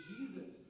Jesus